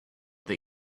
they